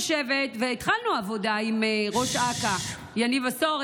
התחלנו עבודה עם ראש אכ"א יניב עשור.